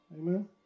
amen